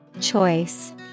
Choice